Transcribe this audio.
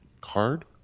card